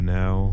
now